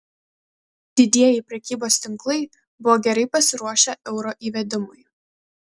didieji prekybos tinklai buvo gerai pasiruošę euro įvedimui